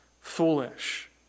foolish